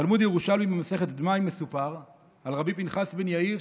בתלמוד ירושלמי במסכת דמאי מסופר על רבי פנחס בן יאיר,